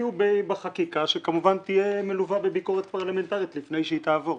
יופיעו בחקיקה שכמובן תהיה מלווה בביקורת פרלמנטרית לפני שהיא תעבור.